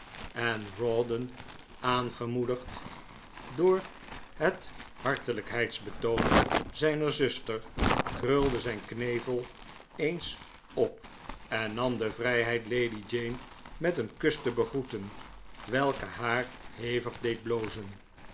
en rawdon aangemoedigd door het hartelijkheidsbetoon zijner zuster krulde zijn knevel eens op en nam de vrijheid lady jane met een kus te begroeten welke haar hevig deed blozen